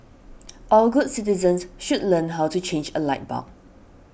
all good citizens should learn how to change a light bulb